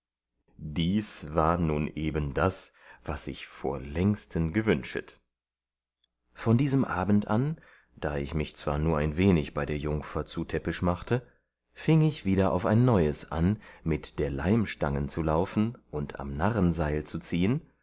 dies war nun eben das was ich vorlängsten gewünschet von diesem abend an da ich mich zwar nur ein wenig bei der jungfer zutäppisch machte fieng ich wieder auf ein neues an mit der leimstangen zu laufen und am narrensail zu ziehen